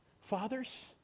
Fathers